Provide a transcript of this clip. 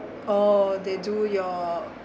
oh they do your